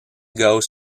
goes